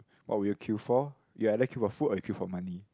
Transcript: what would you queue for you either queue for food or you queue for money